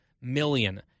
million